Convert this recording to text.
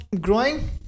growing